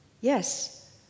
Yes